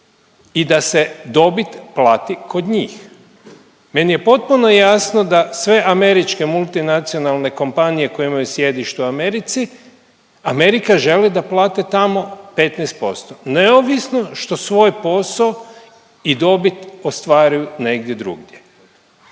i da se dobit plati kod njih. Meni je potpuno jasno da sve američke multinacionalne kompanije koje imaju sjedište u Americi, Amerika želi da plate tamo 15% neovisno što svoj posao i dobit ostvaruju negdje drugdje.